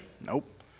Nope